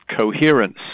coherence